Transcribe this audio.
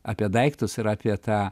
apie daiktus ir apie tą